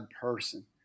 person